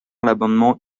l’amendement